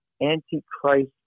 anti-Christ